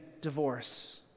divorce